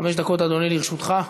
חמש דקות, אדוני, לרשותך.